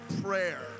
prayer